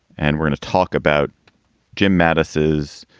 and we're in to talk about jim matisses.